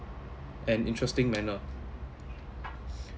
and interesting manner